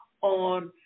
on